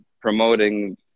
promoting